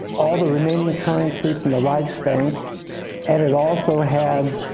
all the remaining currency from the reichsbank and it also had